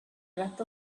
breath